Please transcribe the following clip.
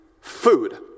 food